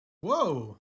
Whoa